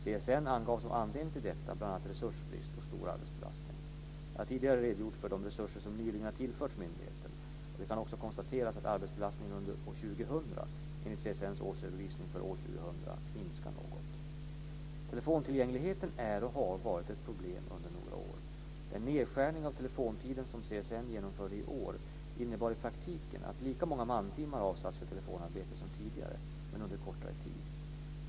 CSN angav som anledning till detta bl.a. resursbrist och stor arbetsbelastning. Jag har tidigare redogjort för de resurser som nyligen har tillförts myndigheten, och det kan också konstateras att arbetsbelastningen under år 2000, enligt CSN:s årsredovisning för år 2000, minskat något. Telefontillgängligheten är och har varit ett problem under några år. Den nedskärning av telefontiden som CSN genomförde i år innebar i praktiken att lika många mantimmar avsatts för telefonarbete som tidigare, men under kortare tid.